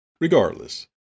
Regardless